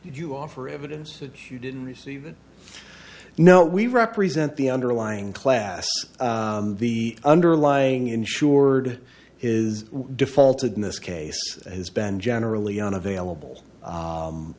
you offer evidence that you didn't receive it no we represent the underlying class the underlying insured is defaulted in this case has been generally unavailable